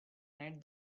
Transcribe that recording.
night